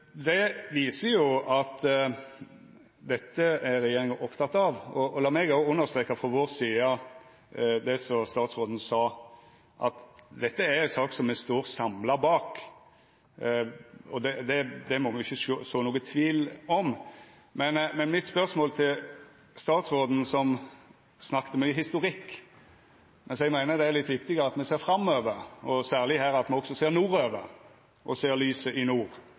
Det viser jo at dette er regjeringa oppteken av. Lat meg òg understreka frå vår side det som statsråden sa, at dette er ei sak som me står samla bak; det må me ikkje så nokon tvil om. Statsråden snakka om historikk, mens eg meiner det er litt viktig at me ser framover, og særleg at me her også ser nordover, og ser lyset i nord